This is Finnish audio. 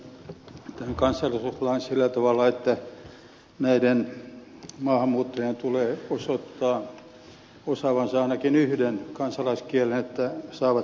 minä ymmärrän tämän kansalaisuuslain sillä tavalla että näiden maahanmuuttajien tulee osoittaa osaavansa ainakin yhden kansalaiskielen että saavat suomen kansalaisuuden